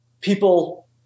people